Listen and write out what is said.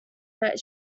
that